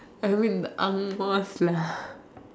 I mean angmohs lah